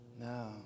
No